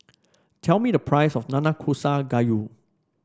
tell me the price of Nanakusa Gayu